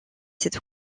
cette